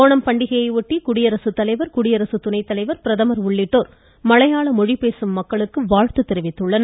ஓணம் பண்டிகையையொட்டி குடியரசுத்தலைவர் குடியரசு துணைத்தலைவர் பிரதமர் உள்ளிட்டோர் மலையாள மொழி பேசும் மக்களுக்கு வாழ்த்து தெரிவித்துள்ளனர்